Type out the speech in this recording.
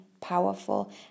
powerful